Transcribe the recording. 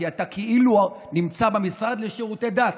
כי אתה כאילו נמצא במשרד לשירותי דת,